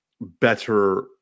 better